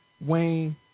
Wayne